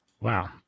Wow